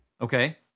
Okay